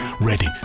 ready